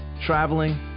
traveling